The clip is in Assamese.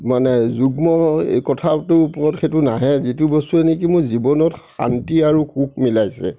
মানে যুগ্ম হয় এই কথাতো ওপৰত সেইটো নাহে যিটো বস্তুৱে নেকি মোৰ জীৱনত শান্তি আৰু সুখ মিলাইছে